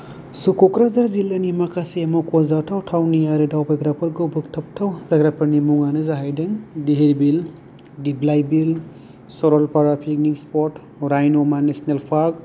स' क'क्राझार जिल्लानि माखासे मख'जाथाव थावनि आरो दावबायग्राफोरखौ बोगथाबथाव जायगाफोरनि मुङानो जाहैदों Dhir Beel Diplai Beel Saralpara picnic spot Raimona national park